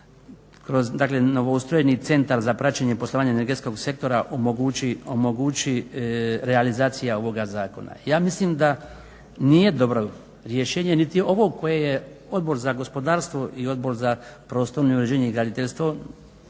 kroz novoustrojeni Centar za praćenje poslovanje energetskog sektora omogući realizacija ovoga zakona. Ja mislim da nije dobro rješenje niti ovo koje je Odbor za gospodarstvo i Odbor za prostorno uređenje i graditeljstvo